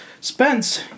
Spence